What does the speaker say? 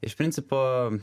iš principo